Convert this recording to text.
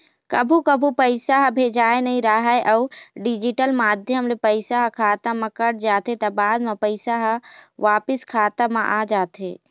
कभू कभू पइसा ह भेजाए नइ राहय अउ डिजिटल माध्यम ले पइसा ह खाता म कट जाथे त बाद म पइसा ह वापिस खाता म आ जाथे